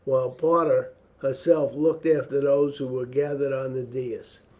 while parta herself looked after those who were gathered on the dais.